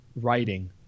writing